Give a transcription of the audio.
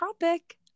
topic